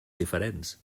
diferents